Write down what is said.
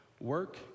Work